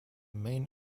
main